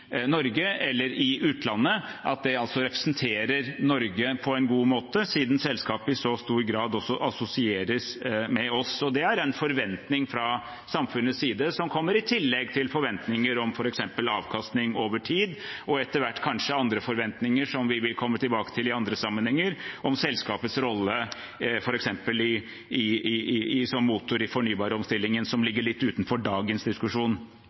Norge eller i utlandet, at det representerer Norge på en god måte, siden selskapet i så stor grad også assosieres med oss. Og det er en forventning fra samfunnets side som kommer i tillegg til forventninger om f.eks. avkastning over tid og etter hvert kanskje andre forventninger som vi vil komme tilbake til i andre sammenhenger, om selskapets rolle f.eks. som motor i fornybaromstillingen, som ligger litt utenfor dagens diskusjon.